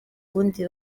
ubundi